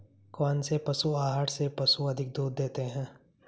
कौनसे पशु आहार से पशु अधिक दूध देते हैं?